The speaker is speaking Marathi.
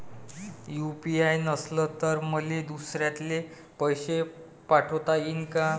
यू.पी.आय नसल तर मले दुसऱ्याले पैसे पाठोता येईन का?